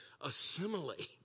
assimilate